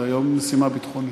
זו היום משימה ביטחונית.